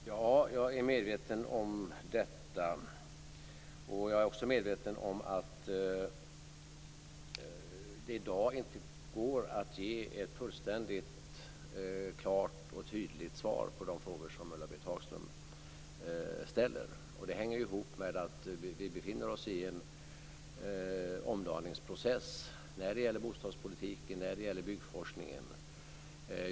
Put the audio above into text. Fru talman! Ja, jag är medveten om detta. Jag är också medveten om att det i dag inte går att ge ett fullständigt klart och tydligt svar på de frågor som Ulla-Britt Hagström ställer. Det hänger ihop med att vi befinner oss i en omdaningsprocess när det gäller bostadspolitiken och när det gäller byggforskningen.